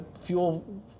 fuel